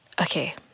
Okay